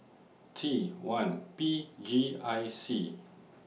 T one P G I C